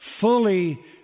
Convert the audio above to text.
fully